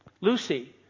lucy